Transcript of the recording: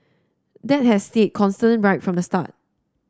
that has stayed constant right from the start